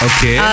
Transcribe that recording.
Okay